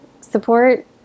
support